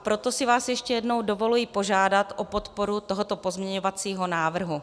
Proto si vás ještě jednou dovoluji požádat o podporu tohoto pozměňovacího návrhu.